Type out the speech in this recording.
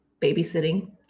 babysitting